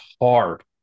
hard